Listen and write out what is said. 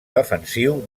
defensiu